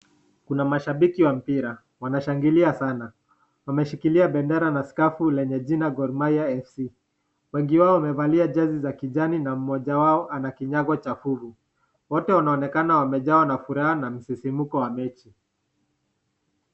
Kuna mashabiki wa mpira. Wanashangilia sana. Wameshikilia bendera na skafu lenye jina Gor Mahia FC. Wengi wao wamevalia jezi za kijani na mmoja wao ana kinyago cha fuvu. Wote wanaonekana wamejawa na furaha na msisimuko wa mechi.